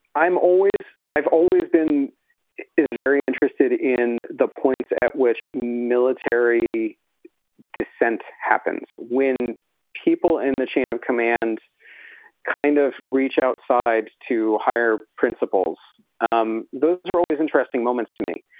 always i've always been very interested in the points at which military dissent happens when people in the chain of command kind of reach outside to higher principles. um those are always interesting moments to me.